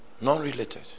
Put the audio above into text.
non-related